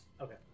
Okay